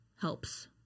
helps